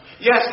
Yes